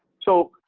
so,